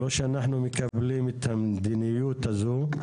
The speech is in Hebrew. לא שאנחנו מקבלים את המדיניות הזאת.